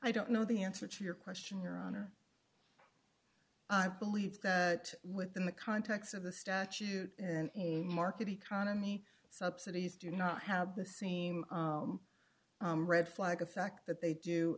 i don't know the answer to your question your honor i believe that within the context of the statute and market economy subsidies do not have the seam red flag effect that they do